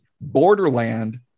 Borderland